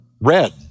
Red